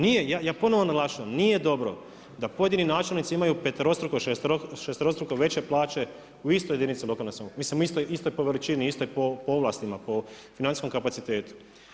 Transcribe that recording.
Nije, ja ponovno naglašavam, nije dobro da pojedini načelnici imaju peterostruko, šesterostruko veće plaće u istoj jedinici lokalne samouprave, mislim istoj po veličini, istoj po ovlastima, po financijskom kapacitetu.